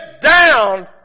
down